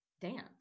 dance